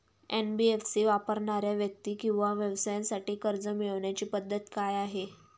NBFC वापरणाऱ्या व्यक्ती किंवा व्यवसायांसाठी कर्ज मिळविण्याची पद्धत काय आहे?